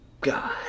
god